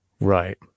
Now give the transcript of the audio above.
right